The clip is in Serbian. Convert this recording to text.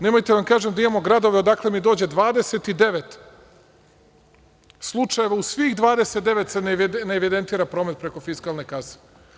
Nemojte da vam kažem, da imamo gradove odakle mi dođe 29 slučajeva, u svih 29 se ne evidentira promet preko fiskalne kase.